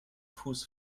fuß